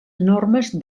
enormes